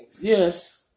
yes